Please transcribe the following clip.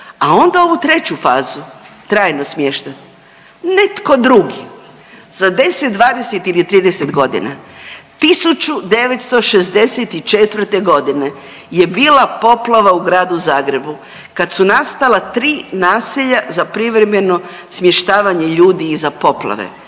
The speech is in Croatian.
a onda ovu treću fazu, trajno smještaj, netko drugi za 10, 20 ili 30 godina. 1964. g. je bila poplava u gradu Zagrebu. Kad su nastala 3 naselja za privremeno smještavanje ljudi iza poplave.